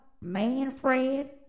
Manfred